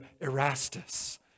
Erastus